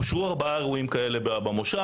אושרו ארבעה אירועים כאלה במושב.